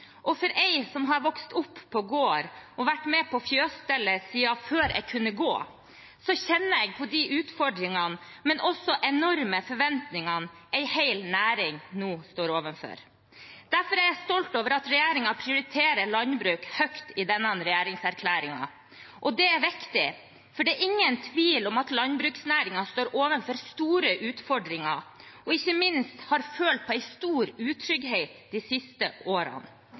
som har vokst opp på gård og vært med på fjøsstellet siden før jeg kunne gå, kjenner jeg på utfordringene, men også de enorme forventningene en hel næring nå står overfor. Derfor er jeg stolt over at regjeringen prioriterer landbruk høyt i denne regjeringserklæringen. Det er viktig, for det er ingen tvil om at landbruksnæringen står overfor store utfordringer og ikke minst har følt på en stor utrygghet de siste årene.